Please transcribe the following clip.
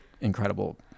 incredible